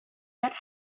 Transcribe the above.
that